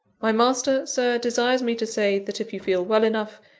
my master, sir, desires me to say that, if you feel well enough,